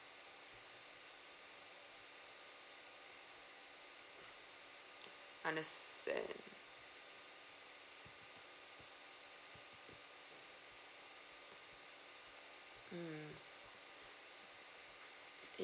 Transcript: understand mm